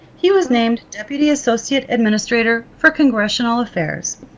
he was named deputy associate administrator for congressional affairs.